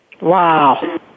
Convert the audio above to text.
Wow